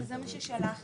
זה מה ששלחנו,